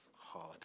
hard